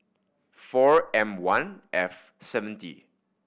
four M One F seventy